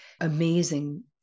amazing